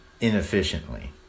inefficiently